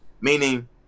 Meaning